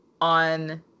on